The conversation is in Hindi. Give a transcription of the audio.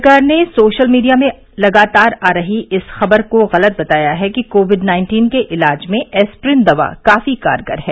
सरकार ने सोशल मीडिया में लगातार आ रही इस खबर को गलत बताया है कि कोविड नाइन्टीन के इलाज में एस्प्रिन दवा काफी कारगर है